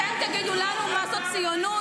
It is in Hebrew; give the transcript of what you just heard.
אתם תגידו לנו מה זו ציונות?